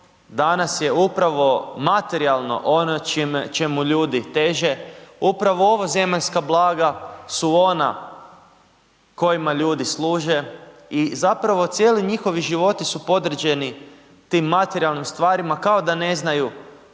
danas je upravo materijalno ono čemu ljudi teže, upravo ovozemaljska blaga su ona kojima ljudi služe. I zapravo cijeli njihovi životi su podređeni tim materijalnim stvarima kao da ne znaju,